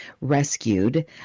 rescued